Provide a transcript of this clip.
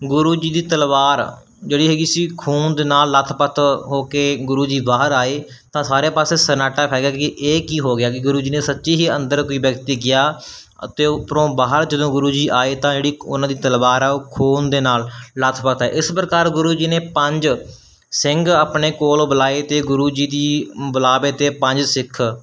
ਗੁਰੂ ਜੀ ਤਲਵਾਰ ਜਿਹੜੀ ਹੈਗੀ ਸੀ ਖੂਨ ਦੇ ਨਾਲ ਲੱਥ ਪੱਥ ਹੋ ਕੇ ਗੁਰੂ ਜੀ ਬਾਹਰ ਆਏ ਤਾਂ ਸਾਰੇ ਪਾਸੇ ਸੰਨਾਟਾ ਫੈਲ ਗਿਆ ਕਿਉਂਕਿ ਇਹ ਕੀ ਹੋ ਗਿਆ ਕਿ ਗੁਰੂ ਜੀ ਨੇ ਸੱਚੀ ਹੀ ਅੰਦਰ ਕੋਈ ਵਿਅਕਤੀ ਗਿਆ ਅਤੇ ਉੱਪਰੋਂ ਬਾਹਰ ਜਦੋਂ ਗੁਰੂ ਜੀ ਆਏ ਤਾਂ ਜਿਹੜੀ ਉਨ੍ਹਾਂ ਦੀ ਤਲਵਾਰ ਹੈ ਉਹ ਖੂਨ ਦੇ ਨਾਲ ਲੱਥ ਪੱਥ ਹੈ ਇਸ ਪ੍ਰਕਾਰ ਗੁਰੂ ਜੀ ਨੇ ਪੰਜ ਸਿੰਘ ਆਪਣੇ ਕੋਲ ਬੁਲਾਏ ਅਤੇ ਗੁਰੂ ਜੀ ਦੇ ਬੁਲਾਵੇ 'ਤੇ ਪੰਜ ਸਿੱਖ